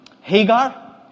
Hagar